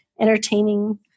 entertaining